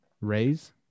raise